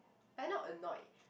lke not annoyed